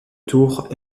tours